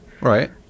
Right